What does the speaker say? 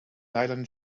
nylon